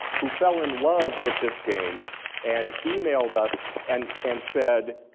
who fell in love with this game and emailed us and and said,